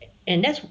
and that's